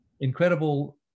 incredible